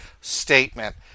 statement